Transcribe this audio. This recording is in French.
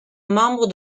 membre